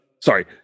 Sorry